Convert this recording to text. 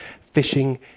fishing